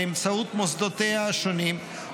באמצעות מוסדותיה השונים,